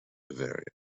bavaria